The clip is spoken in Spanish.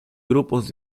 grupos